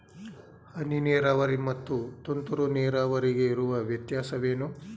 ಹನಿ ನೀರಾವರಿ ಮತ್ತು ತುಂತುರು ನೀರಾವರಿಗೆ ಇರುವ ವ್ಯತ್ಯಾಸವೇನು?